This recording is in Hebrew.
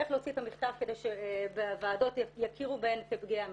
איך להוציא את המכתב כדי שבוועדות יכירו בהן כפגיעה מינית.